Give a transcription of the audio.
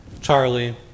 charlie